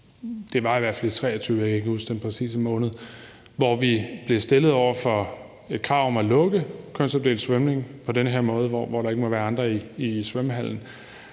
det var i hvert fald i 2023, og jeg kan ikke huske den præcise måned – hvor vi blev stillet over for et krav om at lukke kønsopdelt svømning på den her måde, hvor der ikke må være andre i svømmehallen,